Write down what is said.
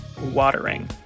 watering